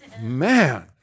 Man